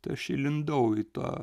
tai aš įlindau į tą